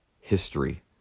history